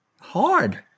hard